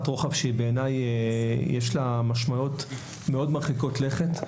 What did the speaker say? רוחב שבעיניי יש לה משמעויות מאוד מרחיקות לכת.